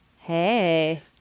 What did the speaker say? hey